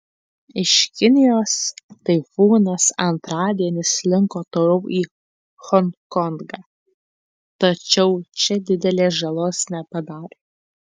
iš kinijos taifūnas antradienį slinko toliau į honkongą tačiau čia didelės žalos nepadarė